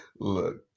Look